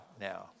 now